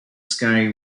sky